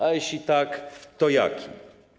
A jeśli tak, to jaki?